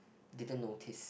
didn't notice